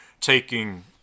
taking